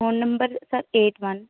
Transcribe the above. phone number sir eight one